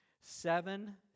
seven